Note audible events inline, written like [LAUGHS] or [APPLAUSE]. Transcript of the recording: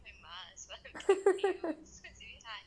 [LAUGHS]